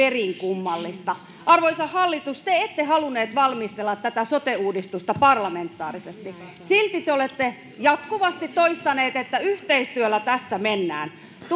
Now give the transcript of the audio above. kummallista arvoisa hallitus te ette halunneet valmistella tätä sote uudistusta parlamentaarisesti silti te olette jatkuvasti toistaneet että yhteistyöllä tässä mennään tuntuu aika